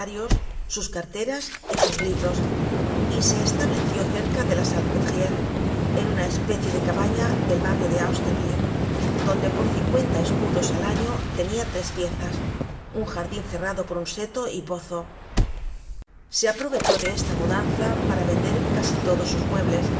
sus carteras y sus libros y se estableció cerca de la salpetriére en una especie de cabana del barrio de austerlitz donde por cincuenta escudos al año tenia tres piezas un jardin cerrado por un seto y pozo se aprovechó de esta mudanza para vender casi todos sus muebles